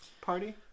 party